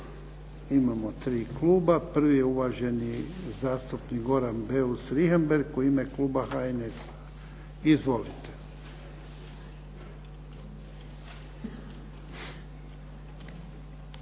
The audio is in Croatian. Imamo tri kluba. Prvi je uvaženi zastupnik Goran Beus Richembergh, u ime kluba HNS-a. Izvolite.